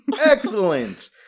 excellent